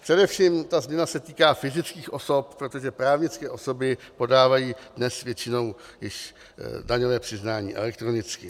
Především se ta změna týká fyzických osob, protože právnické osoby podávají dnes většinou již daňové přiznání elektronicky.